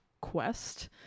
quest